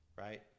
Right